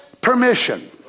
permission